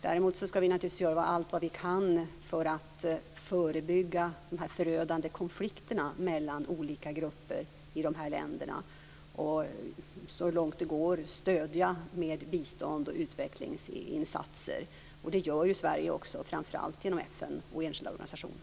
Däremot ska vi naturligtvis göra allt vi kan för att förebygga de förödande konflikterna mellan olika grupper i de här länderna och så långt det går stödja med bistånds och utvecklingsinsatser. Det gör ju Sverige också, framför allt genom FN och enskilda organisationer.